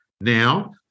now